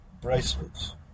bracelets